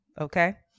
Okay